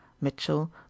mitchell